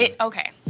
Okay